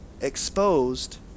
exposed